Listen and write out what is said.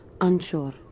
unsure